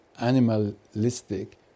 animalistic